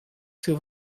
seu